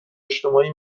اجتماعی